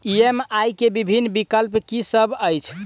EMI केँ विभिन्न विकल्प की सब अछि